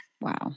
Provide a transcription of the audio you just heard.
Wow